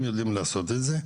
הם יודעים לעשות את זה.